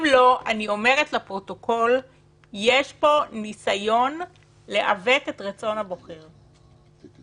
ואני אומרת, זה בסדר, היה אירוע נקודתי,